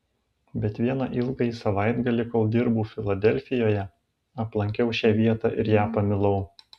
bet vieną ilgąjį savaitgalį kol dirbau filadelfijoje aplankiau šią vietą ir ją pamilau